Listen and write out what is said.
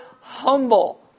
humble